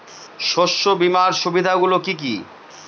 শস্য বীমার সুবিধা গুলি কি কি?